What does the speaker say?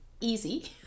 easy